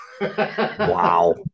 Wow